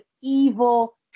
evil